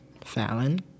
Fallon